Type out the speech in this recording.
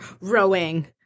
rowing